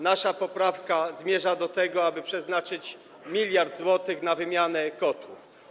Nasza poprawka zmierza do tego, aby przeznaczyć 1 mld zł na wymianę kotłów.